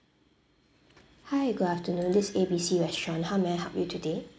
hi good afternoon this A B C restaurant how may I help you today